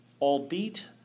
albeit